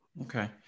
okay